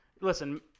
Listen